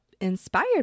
inspired